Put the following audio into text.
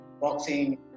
boxing